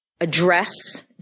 address